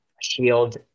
shield